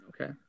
Okay